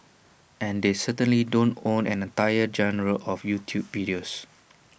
and they certainly don't own an entire genre of YouTube videos